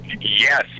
yes